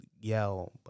yell